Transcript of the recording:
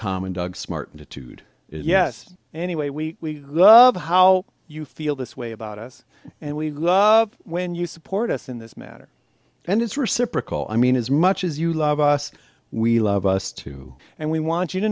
tom and doug smart attitude is yes anyway we love how you feel this way about us and we love when you support us in this matter and it's reciprocal i mean as much as you love us we love us too and we want you to